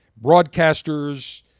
broadcasters